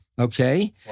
Okay